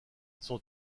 son